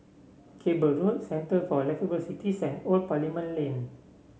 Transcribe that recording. Cable Road Centre for Liveable Cities and Old Parliament Lane